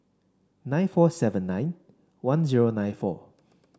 nine four seven nine one zero nine four